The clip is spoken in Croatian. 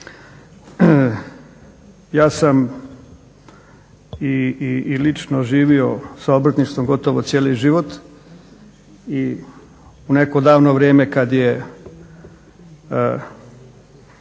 Ja sam i lično živio sa obrtništvom gotovo cijeli život i u neko davno vrijeme kada je,